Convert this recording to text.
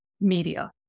Media